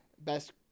best